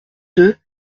deux